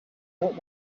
not